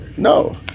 No